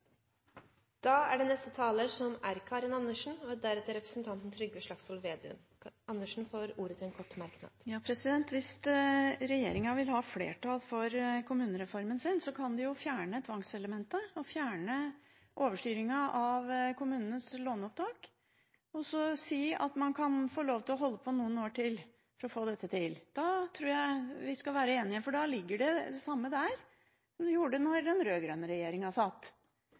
til 1 minutt. Hvis regjeringen vil ha flertall for kommunereformen sin, kan de jo fjerne tvangselementet og fjerne overstyringen av kommunenes låneopptak og si at man kan få lov til å holde på noen år til for å få dette til. Da kunne vi vært enige. Da ville det ligget det samme der, som det gjorde da den rød-grønne regjeringen satt.